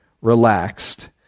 relaxed